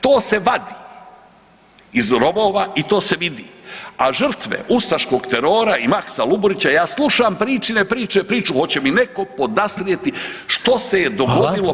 To se vadi iz rovova i to se vidi, a žrtve ustaškog terora i Maksa Luburića ja slušam pričine priče priču, hoće mi netko odastrijeti što se je dogodilo